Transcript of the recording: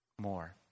More